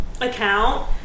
Account